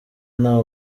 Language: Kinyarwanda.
nta